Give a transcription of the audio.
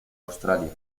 australia